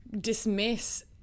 dismiss